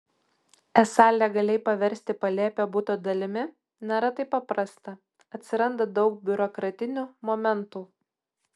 esą legaliai paversti palėpę buto dalimi nėra taip paprasta atsiranda daug biurokratinių momentų